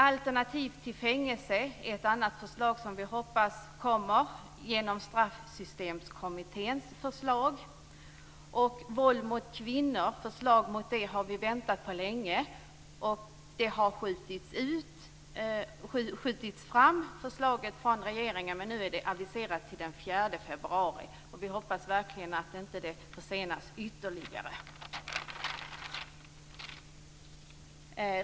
Alternativ till fängelse är ett annat förslag som vi hoppas kommer genom Straffsystemkommitténs förslag. Förslaget i fråga om våld mot kvinnor har vi väntat på länge. Det har skjutits fram av regeringen, men nu är det aviserat till den 4 februari. Vi hoppas verkligen att det inte försenas ytterligare.